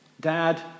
dad